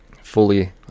fully